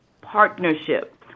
partnership